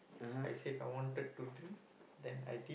I said I wanted to drink then I did